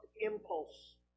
impulse